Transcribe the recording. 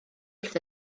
wrth